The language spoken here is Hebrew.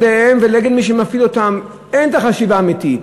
עיניהן ולנגד מי שמפעיל אותן אין החשיבה האמיתית.